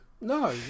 No